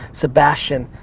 sebastian,